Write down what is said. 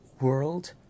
world